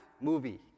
movie